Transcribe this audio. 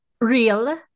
real